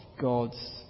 God's